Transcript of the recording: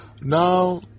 Now